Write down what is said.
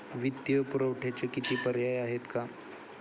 वित्तीय पुरवठ्याचे किती पर्याय आहेत का?